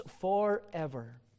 forever